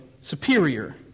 superior